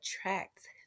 attract